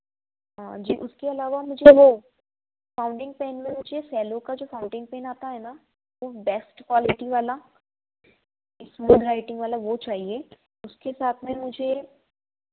हाँ जी उसके अलावा मुझे वह फाउंडिंग पेन में मुझे सैलो का जो फाउंटेन आता है ना वह बेस्ट क्वालिटी वाला इसमें वेराइटी वाला वह चाहिए उसके साथ में मुझे